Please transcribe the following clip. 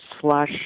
slash